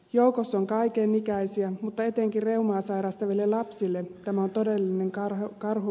joukossa on kaiken ikäisiä mutta etenkin reumaa sairastaville lapsille tämä on todellinen karhunpalvelus